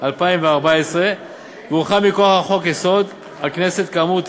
2014 והוארכה מכוח חוק-יסוד: הכנסת כאמור,